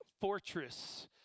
fortress